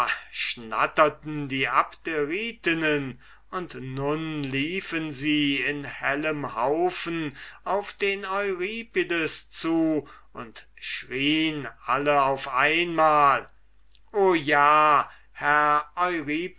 schnatterten die abderitinnen und nun liefen sie in hellen haufen auf den euripides zu und schrien alle auf einmal o ja herr